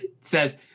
says